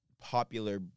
Popular